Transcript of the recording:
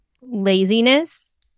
Laziness